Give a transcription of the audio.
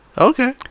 Okay